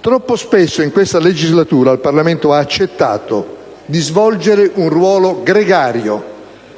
Troppo spesso in questa legislatura il Parlamento ha accettato di svolgere un ruolo gregario,